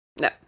No